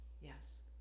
yes